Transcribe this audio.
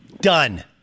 Done